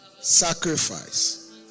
Sacrifice